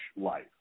life